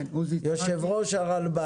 עוזי יצחקי, יושב ראש הרלב"ד.